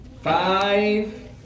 Five